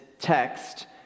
Text